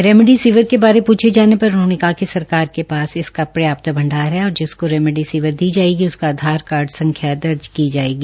remdesivir बारे पुछे जाने पर उन्होंने कहा कि सरकार के पास इसका स्याप्त भंडार है और जिसको रेमिडी सिविर दी जायेगी उसका आधार कार्ड संख्या दर्ज की जायेगी